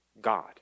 God